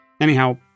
Anyhow